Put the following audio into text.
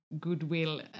goodwill